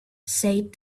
said